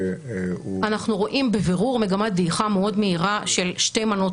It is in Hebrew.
אנחנו רואים בבירור מגמת דעיכה מאוד מהירה של שתי מנות